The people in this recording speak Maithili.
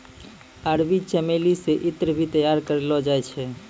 अरबी चमेली से ईत्र भी तैयार करलो जाय छै